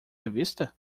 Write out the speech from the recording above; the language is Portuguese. revista